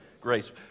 grace